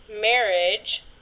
Marriage